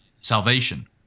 salvation